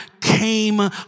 came